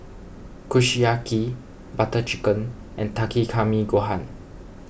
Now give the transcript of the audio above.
Kushiyaki Butter Chicken and Takikomi Gohan